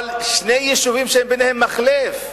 אבל שני יישובים שאין ביניהם מחלף?